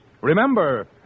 Remember